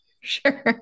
sure